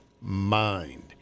mind